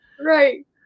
Right